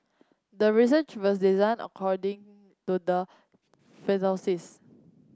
the research was designed according to the